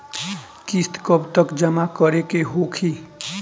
किस्त कब तक जमा करें के होखी?